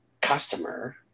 customer